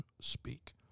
speak